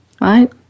right